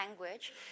language